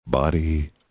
Body